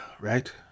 right